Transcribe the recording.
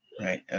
Right